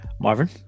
Marvin